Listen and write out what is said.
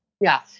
Yes